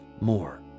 more